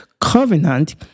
Covenant